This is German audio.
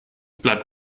bleibt